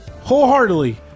Wholeheartedly